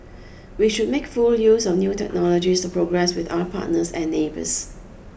we should make full use of new technologies to progress with our partners and neighbours